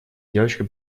девчонка